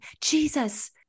Jesus